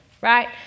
right